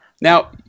Now